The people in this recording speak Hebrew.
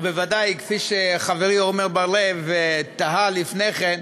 ובוודאי, כפי שחברי עמר בר-לב תהה לפני כן,